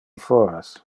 foras